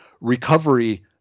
recovery